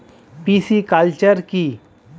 Pisciculture কি?